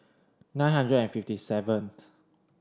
nine hundred and fifty seventh